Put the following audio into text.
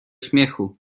śmiechu